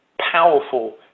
powerful